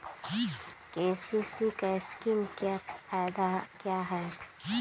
KCC scheme का फायदा क्या है?